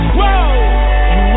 Whoa